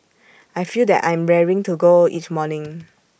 I feel that I'm raring to go each morning